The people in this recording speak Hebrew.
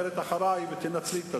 חוץ מזה, אדוני היושב-ראש, אני משתגע,